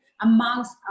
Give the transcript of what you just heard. amongst